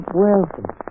welcome